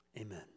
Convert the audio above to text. Amen